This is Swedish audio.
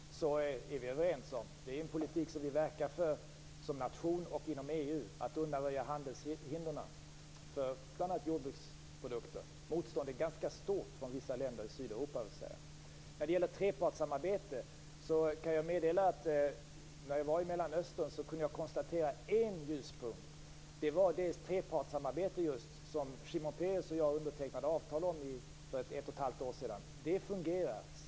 Fru talman! När det gäller den senare delen är vi överens. Det är en politik vi verkar för, som nation och inom EU. Vi verkar för att undanröja handelshinder för bl.a. jordbruksprodukter. Motståndet är ganska stort från vissa länder i Sydeuropa. När det gäller trepartssamarbete kan jag meddela att när jag var i Mellanöstern kunde jag konstatera en ljuspunkt. Det var just det trepartssamarbete som Shimon Peres och jag undertecknade ett avtal om, för ett och ett halvt år sedan. Det fungerar.